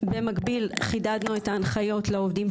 במקביל חידדנו את ההנחיות לעובדים.